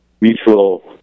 mutual